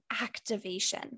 activation